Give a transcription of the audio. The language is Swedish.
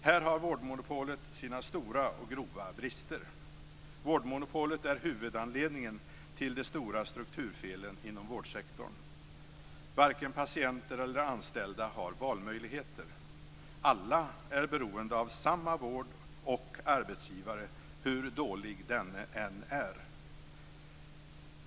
Här har vårdmonopolet sina stora och grova brister. Vårdmonopolet är huvudanledningen till de stora strukturfelen inom vårdsektorn. Varken patienter eller anställda har valmöjligheter. Alla är beroende av samma vård och av samma arbetsgivare - hur dålig denne än är.